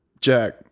Jack